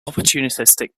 opportunistic